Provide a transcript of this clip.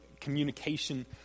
communication